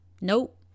Nope